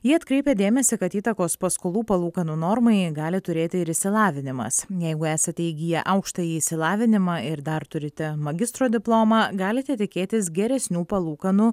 ji atkreipia dėmesį kad įtakos paskolų palūkanų normai gali turėti ir išsilavinimas jeigu esate įgiję aukštąjį išsilavinimą ir dar turite magistro diplomą galite tikėtis geresnių palūkanų